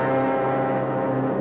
or